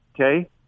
Okay